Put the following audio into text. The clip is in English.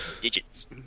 digits